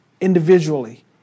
individually